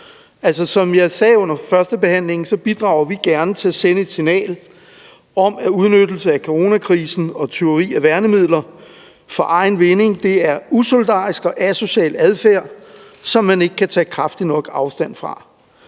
Som jeg sagde under førstebehandlingen, bidrager vi gerne til at sende et signal om, at udnyttelse af coronakrisen og tyveri af værnemidler for egen vinding er usolidarisk og asocial adfærd, som man ikke kan tage kraftigt nok afstand fra.